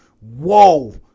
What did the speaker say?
Whoa